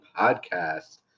podcast